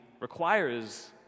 requires